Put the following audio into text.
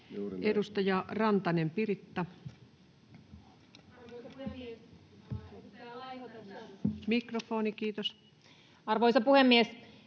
Edustaja Rantanen, Piritta. — Mikrofoni, kiitos. Arvoisa puhemies!